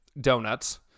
donuts